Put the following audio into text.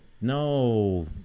No